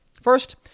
First